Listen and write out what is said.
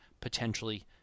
potentially